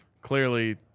clearly